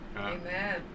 Amen